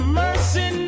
mercy